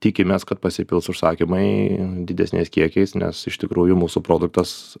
tikimės kad pasipils užsakymai didesniais kiekiais nes iš tikrųjų mūsų produktas